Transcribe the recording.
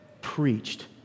preached